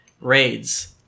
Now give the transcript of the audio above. raids